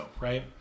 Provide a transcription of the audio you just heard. right